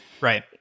Right